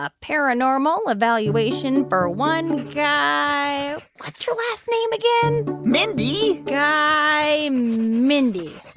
ah paranormal evaluation for one guy what's your last name again? mindy guy mindy